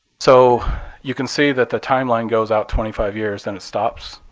so you can see that the timeline goes out twenty five years then it stops.